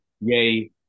Yay